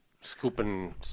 scooping